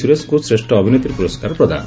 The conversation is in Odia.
ସୁରେଶଙ୍କୁ ଶ୍ରେଷ୍ଠ ଅଭିନେତ୍ରୀ ପୁରସ୍କାର ପ୍ରଦାନ